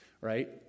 right